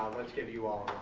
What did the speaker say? let's give you all